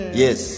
yes